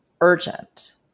urgent